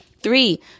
Three